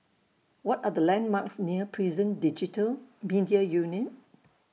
What Are The landmarks near Prison Digital Media Unit